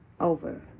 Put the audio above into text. over